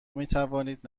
میتوانید